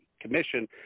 commission